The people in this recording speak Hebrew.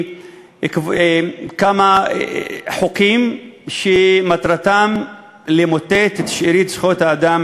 כמה חוקים שמטרתם למוטט את שארית זכויות האדם